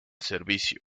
servicio